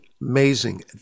amazing